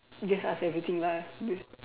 just ask everything lah just d~